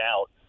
out